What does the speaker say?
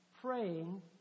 praying